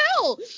hell